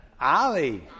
Ali